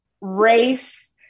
race